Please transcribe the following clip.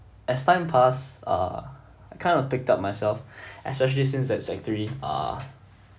as time pass uh kind of picked up myself especially since that sec three ah